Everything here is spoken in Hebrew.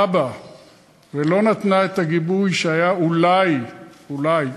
בה ולא נתנה את הגיבוי שהיה אולי אולי,